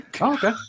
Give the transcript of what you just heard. Okay